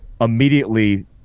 immediately